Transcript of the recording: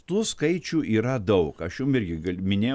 tų skaičių yra daug aš jum irgi gal minėjau